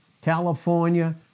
California